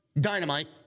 Dynamite